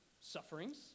sufferings